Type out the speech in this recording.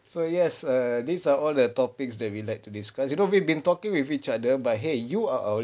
so yes err these are all the topics that we like to discuss you know we've been talking with each other but !hey! you are a